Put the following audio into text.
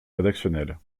rédactionnel